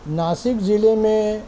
ناسک ضلع میں